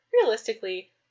realistically